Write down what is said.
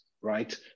right